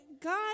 God